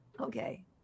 Okay